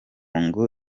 ngo